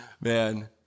Man